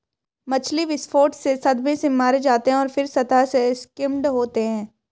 मछली विस्फोट से सदमे से मारे जाते हैं और फिर सतह से स्किम्ड होते हैं